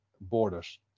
borders